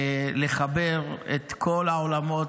ולחבר את כל העולמות,